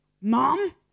Mom